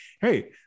Hey